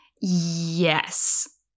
Yes